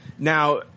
Now